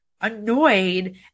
annoyed